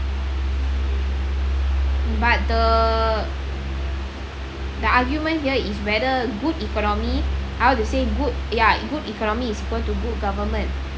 but the the argument here is whether good economy how to say good ya good economy is equal to good government